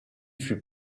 fût